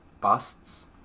busts